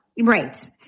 Right